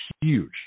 huge